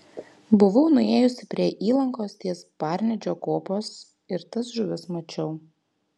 buvau nuėjusi prie įlankos ties parnidžio kopos ir tas žuvis mačiau